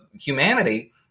humanity